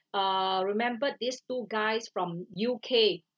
uh remembered these two guys from U_K